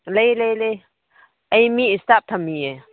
ꯂꯩ ꯂꯩ ꯂꯩ ꯑꯩ ꯃꯤ ꯏꯁꯇꯥꯐ ꯊꯝꯃꯤꯌꯦ